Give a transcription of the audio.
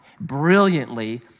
brilliantly